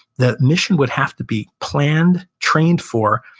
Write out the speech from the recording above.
the mission would have to be planned, trained for,